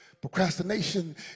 Procrastination